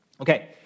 Okay